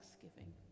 thanksgiving